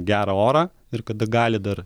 gerą orą ir kada gali dar